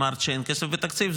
אמרת שאין כסף בתקציב,